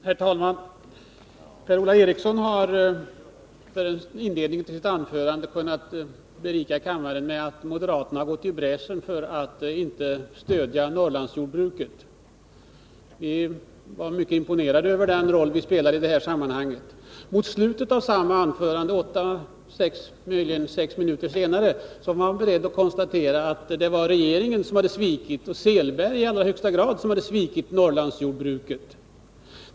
Herr talman! Per-Ola Eriksson kunde i inledningen till sitt anförande berika kammaren med att moderaterna gått i bräschen för att inte stödja Norrlandsjordbruket. Han var mycket imponerad över den roll som vi hade spelat i detta sammanhang. I slutet av samma anförande, möjligen sex minuter senare, var han beredd att konstatera att det var regeringen som hade svikit och Åke Selberg som i allra högsta grad hade svikit Norrlandsjordbruket.